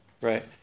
right